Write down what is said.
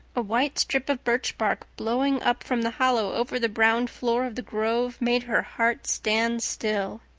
a white strip of birch bark blowing up from the hollow over the brown floor of the grove made her heart stand still.